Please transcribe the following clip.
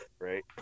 right